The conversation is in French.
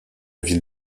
ville